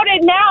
now